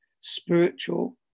spiritual